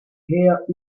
her